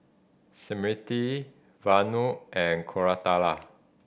Smriti Vanu and Koratala